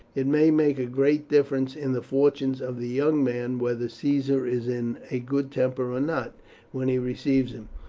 it may make a great difference in the fortunes of the young man whether caesar is in a good temper or not when he receives him.